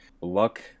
Luck